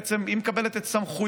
היא בעצם מקבלת את סמכויותיו